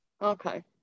okay